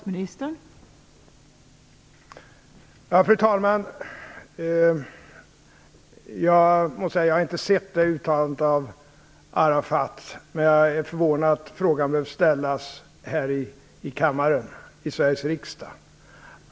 Fru talman! Jag måste säga att jag inte har sett det uttalandet av Arafat. Men jag är förvånad över att frågan behöver ställas här i kammaren i Sveriges riksdag.